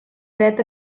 dret